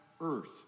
earth